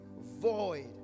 void